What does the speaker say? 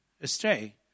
astray